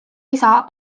isa